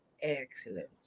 excellent